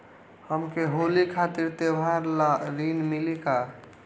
हमके होली खातिर त्योहार ला ऋण मिली का?